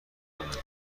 کنند